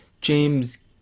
James